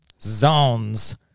Zones